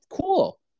cool